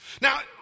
Now